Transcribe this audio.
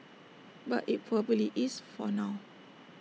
but IT probably is for now